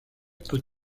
peut